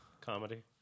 comedy